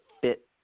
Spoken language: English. fit